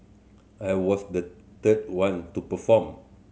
I was the third one to perform